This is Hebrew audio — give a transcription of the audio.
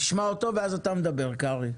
תשמע אותו, ואז אתה מדבר, קרעי.